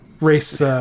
race